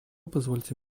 позвольте